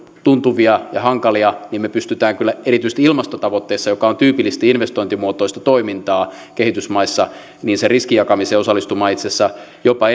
tuntuvia ja hankalia me pystymme erityisesti ilmastotavoitteessa joka on tyypillisesti investointimuotoista toimintaa kehitysmaissa sen riskin jakamiseen osallistumaan itse asiassa jopa